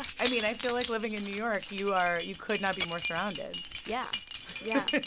i mean, i feel like living in new york, you are you could not be more surrounded yeah yeah